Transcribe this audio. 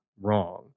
wrong